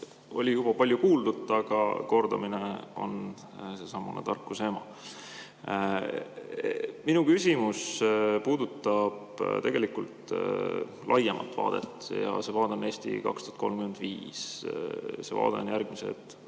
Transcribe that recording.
Oli juba palju kuuldut, aga kordamine on tarkuse ema. Minu küsimus puudutab tegelikult laiemat vaadet ja see vaade on "Eesti 2035". See vaade on järgmised